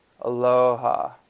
Aloha